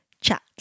chat